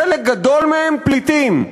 חלק גדול מהם פליטים.